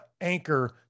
anchor